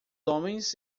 homens